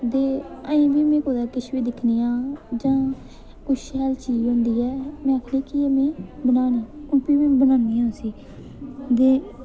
ते अजें बी में कुतै किश बी दिक्खनी आंं जां किश शैल चीज होंदी ऐ में आखनी कि एह् में बनानी ऐ आपूं में बनानी आं उसी ते